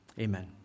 Amen